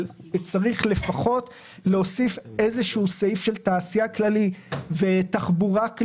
אז לפחות צריך להוסיף איזשהו סעיף כללי של תעשייה ותחבורה,